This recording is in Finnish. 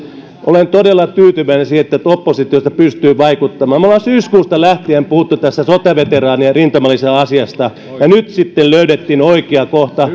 olen todella tyytyväinen siihen että oppositiosta pystyy vaikuttamaan me olemme syyskuusta lähtien puhuneet tästä sotaveteraanien rintamalisäasiasta ja nyt sitten löydettiin oikea kohta